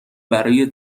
برای